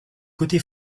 côté